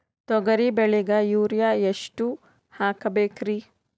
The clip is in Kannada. ತೊಗರಿ ಬೆಳಿಗ ಯೂರಿಯಎಷ್ಟು ಹಾಕಬೇಕರಿ?